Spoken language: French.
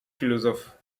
philosophes